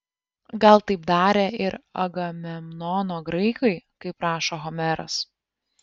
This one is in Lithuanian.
gal taip darė ir agamemnono graikai kaip rašo homeras